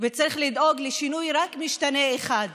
וצריך לדאוג לשינוי רק של משתנה אחד,